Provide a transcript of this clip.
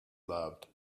loved